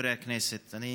חברי הכנסת, אני